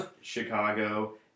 Chicago